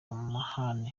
amahane